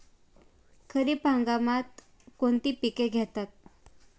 खरीप हंगामात कोणती पिके घेतात?